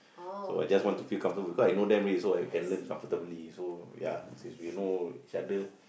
so I just want to feel comfortable because I know them already so I can learn comfortably so ya since we know each other